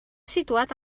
situat